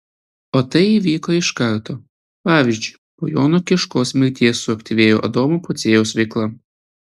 o tai įvyko iš karto pavyzdžiui po jono kiškos mirties suaktyvėjo adomo pociejaus veikla